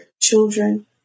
children